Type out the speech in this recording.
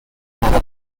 mongol